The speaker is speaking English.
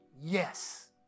yes